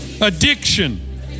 addiction